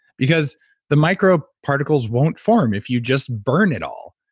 because the microparticles won't form if you just burn it all.